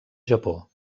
japó